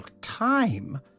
time